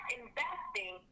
investing